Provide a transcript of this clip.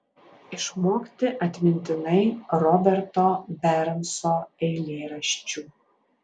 išmokti atmintinai roberto bernso eilėraščių